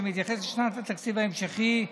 שמתייחס לשנת התקציב ההמשכי,